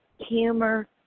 humor